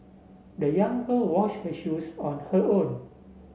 the young girl wash her shoes on her own